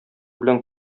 белән